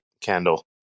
candle